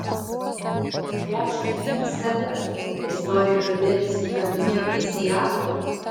atgręžk jį į save jis nori kalbėtis su tavimi akis į akį